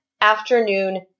afternoon